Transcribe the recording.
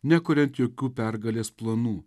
nekuriant jokių pergalės planų